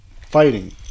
fighting